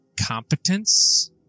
competence